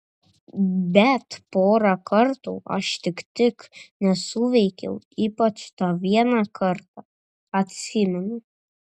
bet porą kartų aš tik tik nesuveikiau ypač tą vieną kartą atsimenu